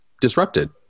disrupted